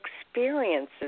experiences